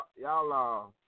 y'all